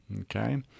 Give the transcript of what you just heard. okay